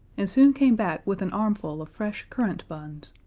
and soon came back with an armful of fresh currant buns,